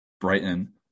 Brighton